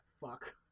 fuck